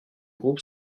groupe